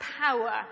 power